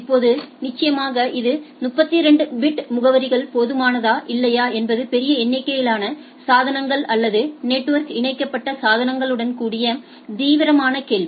இப்போது நிச்சயமாக இது 32 பிட் முகவரிகள் போதுமானதா இல்லையா என்பது பெரிய எண்ணிக்கையிலான சாதனங்கள் அல்லது நெட்வொர்க் இணைக்கப்பட்ட சாதனங்களுடன் கூடிய தீவிரமான கேள்வி